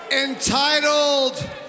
Entitled